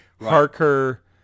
Harker